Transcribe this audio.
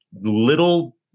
little